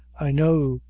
i know,